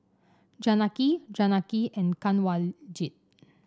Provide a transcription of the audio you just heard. Janaki Janaki and Kanwaljit